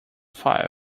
five